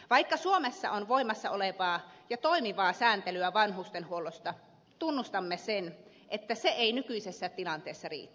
vaikka suomessa on voimassa olevaa ja toimivaa sääntelyä vanhustenhuollosta tunnustamme sen että se ei nykyisessä tilanteessa riitä